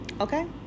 okay